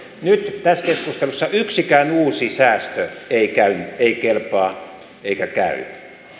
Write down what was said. nyt tässä keskustelussa yksikään uusi säästö ei käynyt ei kelpaa eikä käy